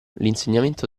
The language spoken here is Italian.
l’insegnamento